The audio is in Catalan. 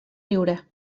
riure